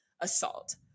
assault